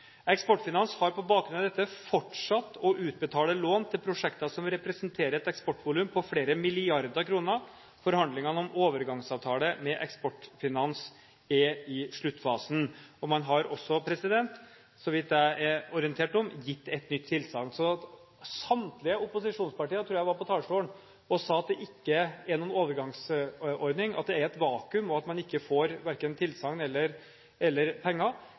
Eksportfinans har, på bakgrunn av dette, fortsatt å utbetale lån til prosjekter som representerer et eksportvolum på flere milliarder kroner. Forhandlingene om overgangsavtale med Eksportfinans er i sluttfasen, og man har også, så vidt jeg er orientert om, gitt et nytt tilsagn. Så samtlige opposisjonspartier, tror jeg, var på talerstolen og sa at det ikke er noen overgangsordning – at det er et vakuum – og at man verken får tilsagn eller penger.